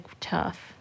tough